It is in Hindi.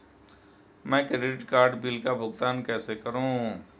मैं क्रेडिट कार्ड बिल का भुगतान कैसे करूं?